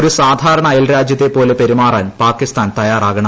ഒരു സാധാരണ അയൽരാജ്യത്തെപ്പോലെ പെരുമാറാൻ പാകിസ്ഥാൻ തയ്യാറാകണം